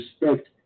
respect